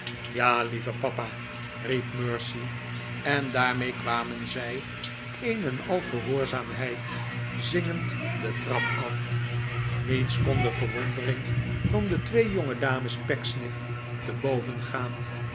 ja lieve papa riep mercy en daarmee kwamen zij een en al gehoorzaamheid zingend de trap af niets kon de verwondering van de twee jongedames pecksniff te boven gaan